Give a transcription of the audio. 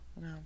No